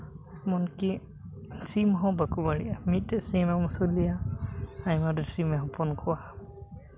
ᱮᱢᱚᱱᱠᱤ ᱥᱤᱢ ᱦᱚᱸ ᱵᱟᱠᱚ ᱵᱟᱹᱲᱤᱡᱼᱟ ᱢᱤᱫᱴᱮᱱ ᱥᱤᱢ ᱮᱢ ᱟᱹᱥᱩᱞᱮᱭᱟ ᱟᱭᱢᱟ ᱰᱷᱮᱨ ᱥᱤᱢᱮ ᱦᱚᱯᱚᱱ ᱠᱚᱣᱟ